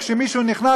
כשמישהו נכנס,